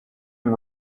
and